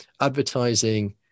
Advertising